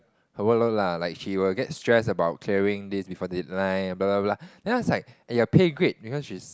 her workload lah like she will get stressed about clearing this before deadline blah blah blah then I was like you're pay grade because she's